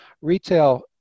Retail